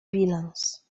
bilans